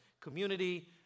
community